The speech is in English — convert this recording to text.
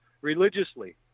religiously